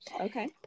Okay